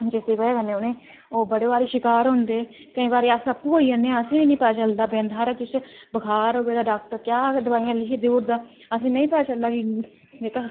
जिस दी बजह कन्नै ओह् बड़े शिकार होंदे केईं बारी अस आपूं होई जन्ने आं असेंगी बी निं पता चलदा बिंद हारा किश बुखार होऐ ते डाक्टर क्या दवाइयां लिखी देई ओड़दा असेंगी नेईं पता चलदा कि जेह्का